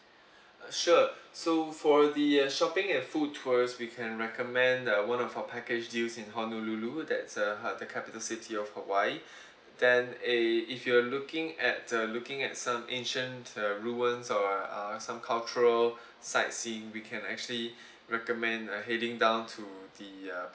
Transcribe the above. sure so for the uh shopping and food tours we can recommend uh one of our package deals in honolulu that's a hea~ the capital city of hawaii then a if you're looking at the looking at some ancient uh ruins or uh some cultural sightseeing we can actually recommend (hu) heading down to the uh